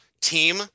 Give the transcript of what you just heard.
team